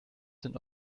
sind